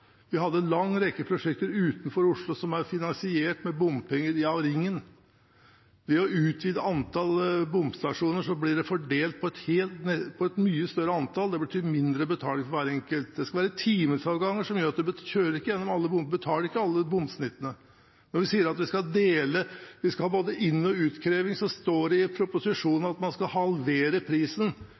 Vi hadde en lang rekke prosjekter utenfor Oslo som ble finansiert med bompenger fra Ringen. Ved å utvide antall bomstasjoner blir det fordelt på et mye større antall. Det betyr mindre betaling for hver enkelt. Det skal være timesavganger, som gjør at en ikke betaler i alle bomsnittene. Når en sier at vi skal dele, vi skal ha både inn- og utkreving, står det i proposisjonen at man skal halvere prisen,